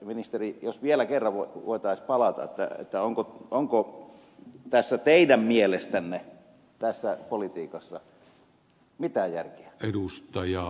ministeri jos vielä kerran voitaisiin palata siihen onko teidän mielestänne tässä politiikassa mitään järkeä